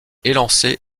élancée